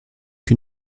que